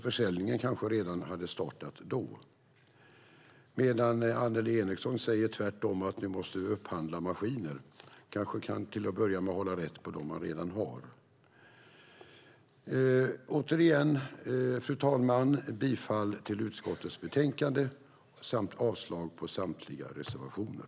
Försäljningen kanske redan hade startat då. Annelie Enochson säger tvärtom, att nu måste vi upphandla maskiner. Man kanske till att börja med kan hålla reda på dem man redan har. Återigen, fru talman, yrkar jag bifall till förslaget i utskottets betänkande och avslag på samtliga reservationer.